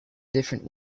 different